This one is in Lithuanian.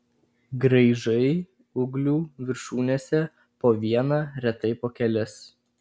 graižai ūglių viršūnėse po vieną retai po kelis